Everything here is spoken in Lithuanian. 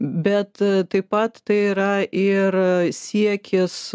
bet taip pat tai yra ir siekis